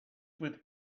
with